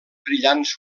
brillants